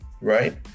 right